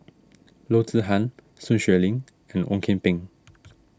Loo Zihan Sun Xueling and Ong Kian Peng